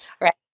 Right